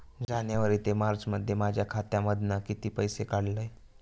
जानेवारी ते मार्चमध्ये माझ्या खात्यामधना किती पैसे काढलय?